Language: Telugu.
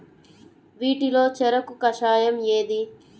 వీటిలో చెరకు కషాయం ఏది?